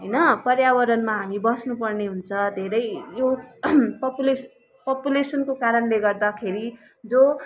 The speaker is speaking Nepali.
होइन पर्यावरणमा हामी बस्नु पर्ने हुन्छ धेरै यो पपुलेस् पपुलेसनको कारणले गर्दाखेरि जो